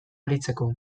aritzeko